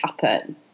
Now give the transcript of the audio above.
happen